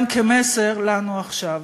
גם מסר לנו עכשיו.